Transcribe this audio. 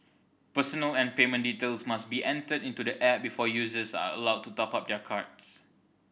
personal and payment details must be entered into the app before users are allowed to top up their cards